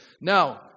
Now